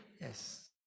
Yes